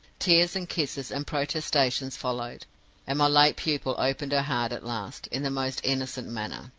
tears and kisses and protestations followed and my late pupil opened her heart at last, in the most innocent manner.